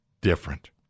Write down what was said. different